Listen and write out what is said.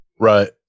Right